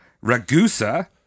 Ragusa